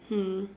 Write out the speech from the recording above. hmm